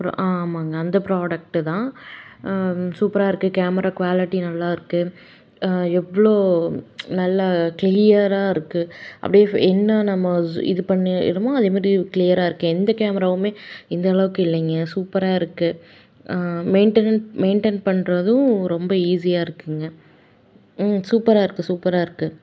அப்புறம் ஆ ஆமாங்க அந்த ப்ராடக்ட் தான் சூப்பராக இருக்குது கேமரா குவாலிட்டி நல்லா இருக்குது எவ்வளோ நல்லா க்ளியராக இருக்குது அப்படியே ஃப என்ன நம்ம சு இது பண்ணுறோமோ அதேமாதிரி க்ளியராக இருக்குது எந்த கேமராவுமே இந்தளவுக்கு இல்லைங்க சூப்பராக இருக்குது மெயின்டனன் மெயின்டன் பண்ணுறதும் ரொம்ப ஈஸியாக இருக்குதுங்க ம் சூப்பராக இருக்குது சூப்பராக இருக்குது